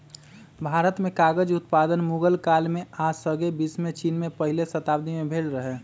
भारत में कागज उत्पादन मुगल काल में आऽ सग्रे विश्वमें चिन में पहिल शताब्दी में भेल रहै